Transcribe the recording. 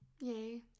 Yay